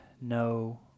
no